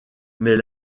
mais